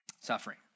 suffering